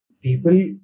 people